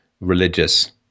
religious